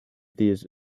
these